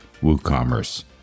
WooCommerce